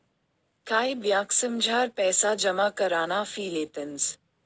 कायी ब्यांकसमझार पैसा जमा कराना फी लेतंस